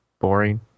boring